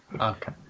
Okay